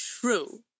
true